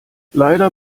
leider